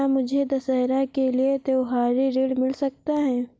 क्या मुझे दशहरा के लिए त्योहारी ऋण मिल सकता है?